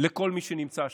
לכל מי שנמצא שם.